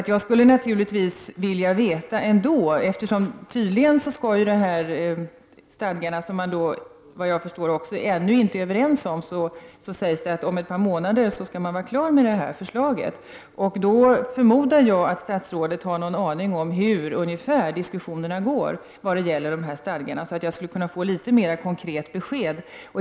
Tydligen skall man om ett par månader vara klar med förslaget till stadgar, som man enligt vad jag förstår ännu inte är överens om. Jag förmodar då att statsrådet har någon aning om ungefär hur diskussionerna går när det gäller stadgarna, så att jag skulle kunna få ett något mer konkret besked.